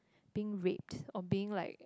being raped or being like